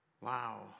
Wow